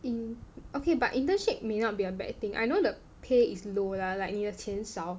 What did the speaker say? in~ okay but internship may not be a bad thing I know the pay is low lah like 你的钱少